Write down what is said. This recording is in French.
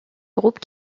groupes